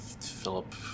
Philip